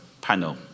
panel